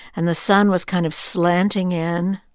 and the sun was kind of slanting in.